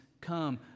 come